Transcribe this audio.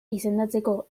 izendatzeko